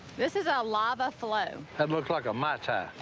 this is a lava flow. that looks like a mai tai.